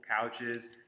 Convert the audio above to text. couches